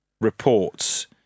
reports